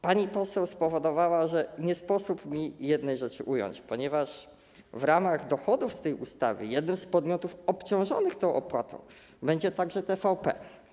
Pani poseł spowodowała, że nie sposób mi jednej rzeczy ująć, ponieważ w ramach dochodów z tej ustawy jednym z podmiotów obciążonych tą opłatą będzie także TVP.